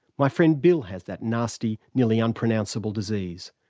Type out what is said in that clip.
my friend bill has that nasty, nearly unpronounceable disease.